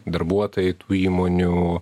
darbuotojai tų įmonių